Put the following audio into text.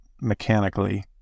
mechanically